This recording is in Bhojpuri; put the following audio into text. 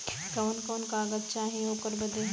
कवन कवन कागज चाही ओकर बदे?